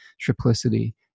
triplicity